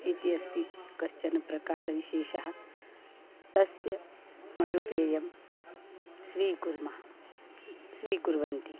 इति अस्ति कश्चन प्रकारविशेषः तस्य मधुपेयं स्वीकुर्मः स्वीकुर्वन्ति